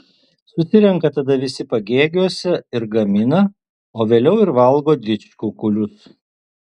susirenka tada visi pagėgiuose ir gamina o vėliau ir valgo didžkukulius